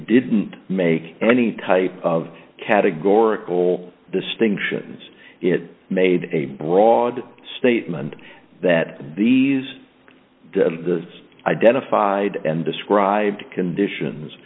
didn't make any type of categorical distinctions it made a broad statement that these the identified and described conditions